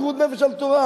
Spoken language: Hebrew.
מסירות נפש על התורה.